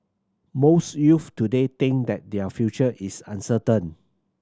most youths today think that their future is uncertain